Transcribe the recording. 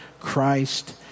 Christ